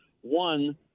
one